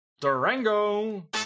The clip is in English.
Durango